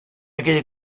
aquella